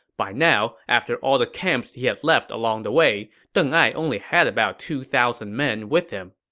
by now, after all the camps he had left along the way, deng ai only had about two thousand men with him.